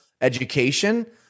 education